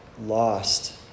lost